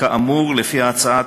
כאמור, לפי ההצעה,